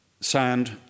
sand